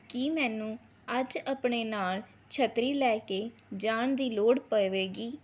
ਕੀ ਮੈਨੂੰ ਅੱਜ ਆਪਣੇ ਨਾਲ ਛੱਤਰੀ ਲੈ ਕੇ ਜਾਣ ਦੀ ਲੋੜ ਪਵੇਗੀ